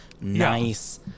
nice